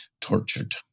tortured